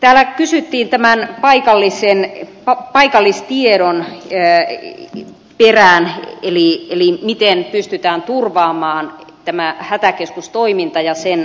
täällä kysyttiin tämän paikallisen ja paikallistie on jäi paikallistiedon perään eli miten pystytään turvaamaan hätäkeskustoiminta ja sen laatu